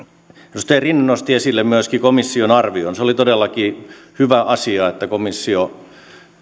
edustaja rinne nosti esille myöskin komission arvion se oli todellakin hyvä asia että komissio